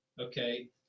okay